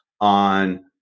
on